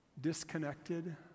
disconnected